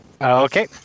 Okay